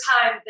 time